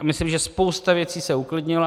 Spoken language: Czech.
Myslím, že spousta věcí se uklidnila.